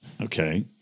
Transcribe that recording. Okay